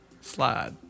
Slide